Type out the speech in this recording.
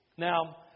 Now